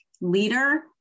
leader